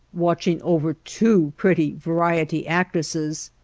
watching over two pretty variety actresses,